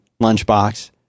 lunchbox